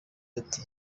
ati